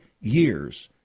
years